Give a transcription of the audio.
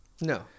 No